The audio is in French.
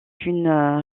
une